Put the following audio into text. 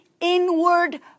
inward